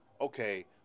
okay